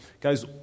Guys